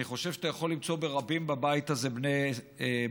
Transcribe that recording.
אני חושב שאתה יכול למצוא ברבים בבית הזה בני ברית